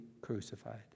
crucified